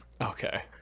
Okay